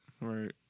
Right